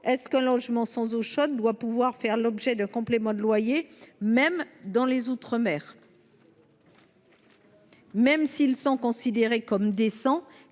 autant, un logement sans eau chaude doit il pouvoir faire l’objet d’un complément de loyer, même dans les outre mer ? Même s’ils sont considérés comme décents,